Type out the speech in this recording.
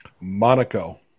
Monaco